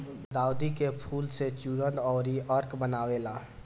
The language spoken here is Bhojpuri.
गुलदाउदी के फूल से चूर्ण अउरी अर्क बनेला